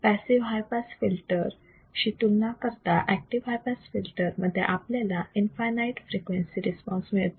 passive high pass filter शी तुलना करता ऍक्टिव्ह हाय पास फिल्टर मध्ये आपल्याला इनफायनाईट फ्रिक्वेन्सी रिस्पॉन्स मिळतो